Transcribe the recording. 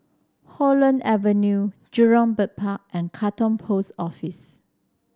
Holland Avenue Jurong Bird Park and Katong Post Office